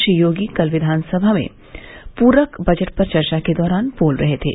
श्री योगी कल विधानसभा में पूरक बजट पर चर्चा के दौरान बोल रहे थे